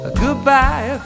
goodbye